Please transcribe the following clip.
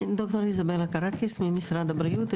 ד"ר איזבלה קרטיס ממשרד הבריאות,